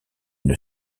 une